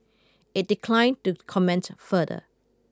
it declined to comment further